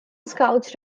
scouts